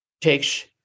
takes